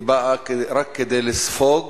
היא באה רק כדי לספוג